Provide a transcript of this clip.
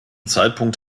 zeitpunkt